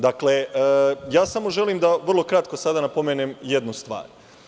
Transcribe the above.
Dakle, ja samo želim vrlo kratko da sada napomenem jednu stvar.